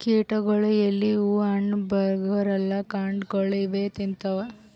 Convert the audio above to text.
ಕೀಟಗೊಳ್ ಎಲಿ ಹೂವಾ ಹಣ್ಣ್ ಬೆರ್ಗೊಳ್ ಕಾಂಡಾಗೊಳ್ ಇವೇ ತಿಂತವ್